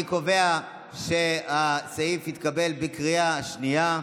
אני קובע שהסעיף התקבל בקריאה שנייה.